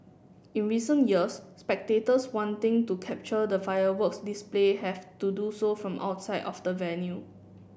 in recent years spectators wanting to capture the fireworks display have to do so from outside of the venue